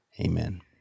Amen